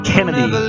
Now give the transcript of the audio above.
Kennedy